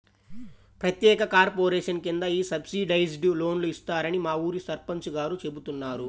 ప్రత్యేక కార్పొరేషన్ కింద ఈ సబ్సిడైజ్డ్ లోన్లు ఇస్తారని మా ఊరి సర్పంచ్ గారు చెబుతున్నారు